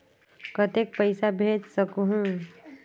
कतेक पइसा भेज सकहुं?